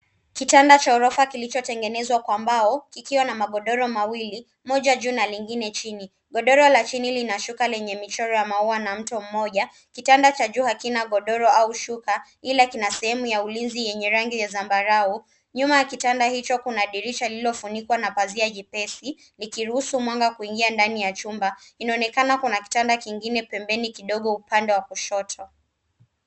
Kitanda cha gorofa iliotengenezwa kwa mbao, kikiwa na mogodoro mawili, moja juu na lingine jini. Godoro la jini ina shuka lenye michoro ya maua enye mto moja, kitanda cha juu hakina godoro au shuka ila kina sehemu ya ulinzi enye rangi ya sambarua nyuma ya kitanda hicho kuna dirisha lililofunikwa na pasia jepesi likiruhusu mwanga kuingia ndani ya chumba inaonekana kuna kitanda kingine pembeni kidogo upande wa kushoto.